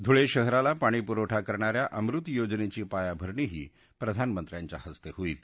धुळे शहराला पाणी पुरवठा करणा या अमृत योजनेची पायाभरणीही प्रधानमंत्र्यांच्या हस्ते होईल